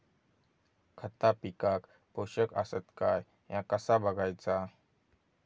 खता पिकाक पोषक आसत काय ह्या कसा बगायचा?